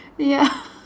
ya